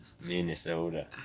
Minnesota